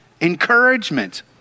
Encouragement